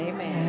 Amen